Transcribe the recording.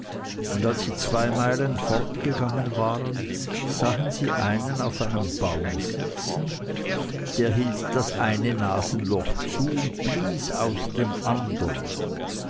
und als sie zwei meilen fortgegangen waren sahen sie einen auf einem baum sitzen der hielt das eine nasenloch zu und blies aus dem andern